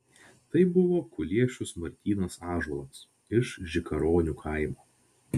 tai buvo kuliešius martynas ąžuolas iš žikaronių kaimo